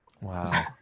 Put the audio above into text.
Wow